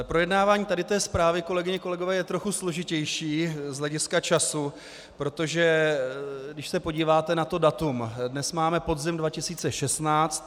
Projednávání této zprávy, kolegyně, kolegové, je trochu složitější z hlediska času, protože když se podíváte na to datum, dnes máme podzim 2016.